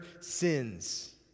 sins